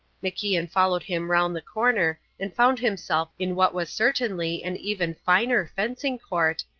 macian followed him round the corner and found himself in what was certainly an even finer fencing court,